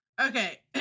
Okay